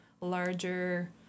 larger